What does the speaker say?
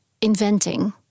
inventing